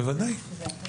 בוודאי.